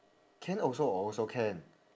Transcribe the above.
can also also can